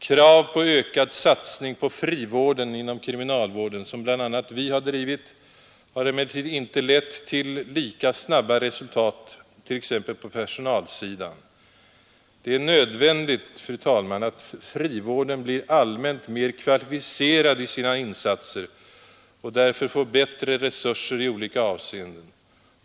Krav på ökad satsning på frivården inom kriminalvården, som bl.a. vi har drivit, har emellertid inte lett till lika snabba resultat på t.ex. personalsidan. Det är nödvändigt att frivården blir allmänt mer kvalificerad i sina insatser och därför får bättre resurser i olika avseenden.